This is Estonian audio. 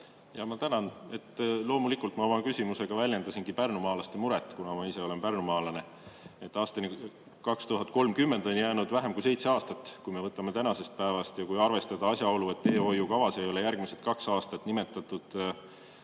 Ma tänan! Loomulikult ma oma küsimusega väljendasingi pärnumaalaste muret, kuna ma ise olen pärnumaalane. Aastani 2030 on jäänud vähem kui seitse aastat, kui me võtame tänasest päevast. Ja tuleb arvestada asjaolu, et teehoiukavas ei ole järgmiseks kaheks aastaks nimetatud